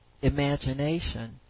imagination